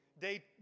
Day